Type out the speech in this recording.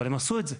אבל הם עשו את זה,